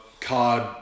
card